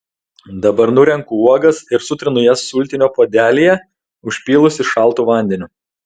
dabar nurenku uogas ir sutrinu jas sultinio puodelyje užpylusi šaltu vandeniu